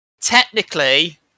Technically